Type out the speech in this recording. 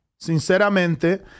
Sinceramente